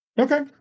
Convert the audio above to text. Okay